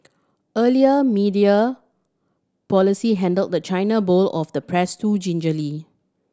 earlier media policy handled the China bowl of the press too gingerly